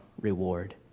reward